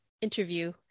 interview